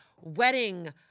wedding